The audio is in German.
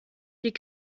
die